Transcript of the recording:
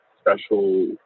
special